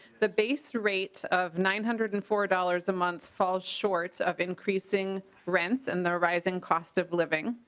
the base rate of nine hundred and four dollars a month for short of increasing rent and the rising cost of living.